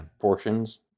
portions